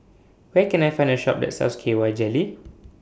Where Can I Find A Shop that sells K Y Jelly